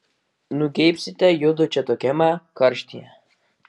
nugeibsite judu čia tokiame karštyje